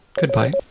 Goodbye